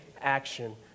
action